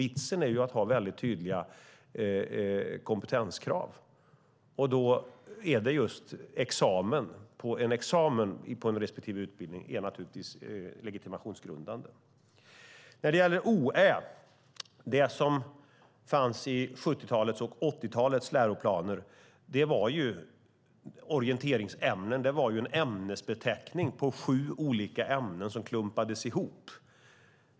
Vitsen är att ha väldigt tydliga kompetenskrav. Då är det examen det handlar om. En examen på respektive utbildning är naturligtvis legitimationsgrundande. OÄ fanns i 70-talets och 80-talets läroplaner. Det var orienteringsämnen - en ämnesbeteckning på sju olika ämnen som hade klumpats ihop.